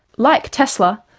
like tesla,